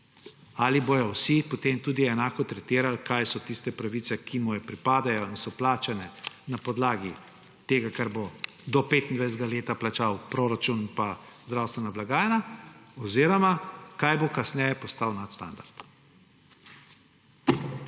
Ali bodo vsi potem tudi enako tretirali, kaj so tiste pravice, ki mu pripadajo in so plačane na podlagi tega, kar bo do 2025. leta plačal proračun in pa zdravstvena blagajna, oziroma kaj bo kasneje postal nadstandard.